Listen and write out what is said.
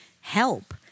help